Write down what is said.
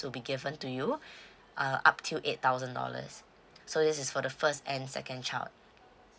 to be given to you uh up till eight thousand dollars so this is for the first and second child